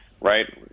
Right